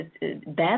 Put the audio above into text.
bad